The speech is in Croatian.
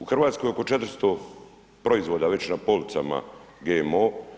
U Hrvatskoj oko 400 proizvoda već na policama GMO.